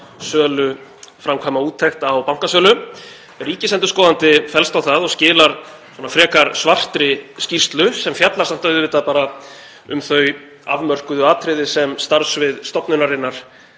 að framkvæma úttekt á bankasölu. Ríkisendurskoðandi fellst á það og skilar frekar svartri skýrslu sem fjallar auðvitað bara um þau afmörkuðu atriði sem starfssvið stofnunarinnar